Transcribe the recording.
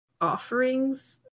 offerings